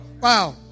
Wow